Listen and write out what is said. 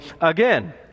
again